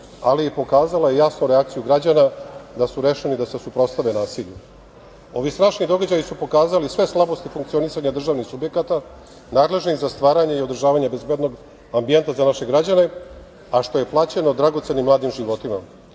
ali i pokazala jasnu reakciju građana da su rešeni da se suprotstave nasilju. Ovi strašni događaji su pokazali sve slabosti funkcionisanja državnih subjekata, nadležnih za stvaranje i održavanje bezbednog ambijenta za naše građane, a što je plaćeno dragocenim mladim životima.